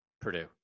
Purdue